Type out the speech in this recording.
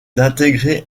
d’intégrer